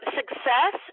success